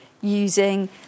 using